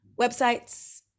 websites